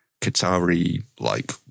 Qatari-like